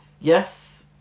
Yes